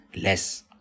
less